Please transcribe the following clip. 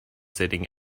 sitting